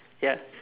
ya